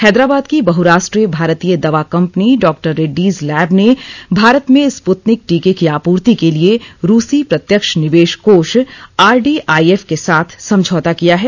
हैदराबाद की बह्राष्ट्रीय भारतीय दवा कम्पनी डॉक्टर रेड्डीज लैब ने भारत में स्प्तनिक टीके की आपूर्ति के लिए रूसी प्रत्यक्ष निवेश कोष आरडीआईएफ के साथ समझौता किया है